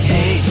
Hey